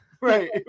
Right